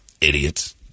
Idiots